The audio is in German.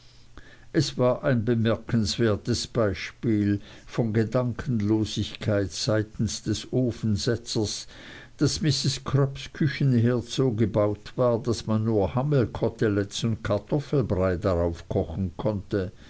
es war ein bemerkenswertes beispiel von gedankenlosigkeit seitens des ofensetzers daß mrs crupps küchenherd so gebaut war daß man nur hammelkoteletten und kartoffelbrei darauf kochen konnte